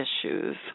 issues